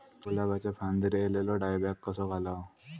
गुलाबाच्या फांदिर एलेलो डायबॅक कसो घालवं?